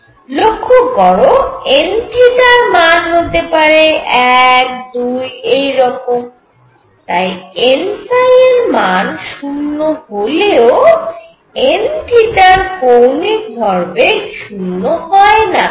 লক্ষ্য করো n র মান হতে পারে 1 2 এই রকম তাই n এর মান 0 হলেও n র জন্য কৌণিক ভরবেগ 0 হয়না